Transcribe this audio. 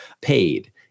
paid